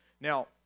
Now